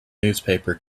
newspaper